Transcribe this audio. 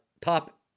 top